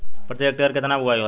प्रति हेक्टेयर केतना बुआई होला?